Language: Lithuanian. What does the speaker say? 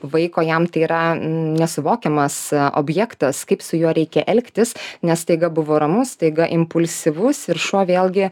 vaiko jam tai yra nesuvokiamas objektas kaip su juo reikia elgtis nes staiga buvo ramus staiga impulsyvus ir šuo vėlgi